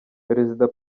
perezida